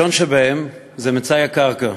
הראשון שבהם זה מצאי הקרקע,